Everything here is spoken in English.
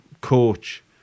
coach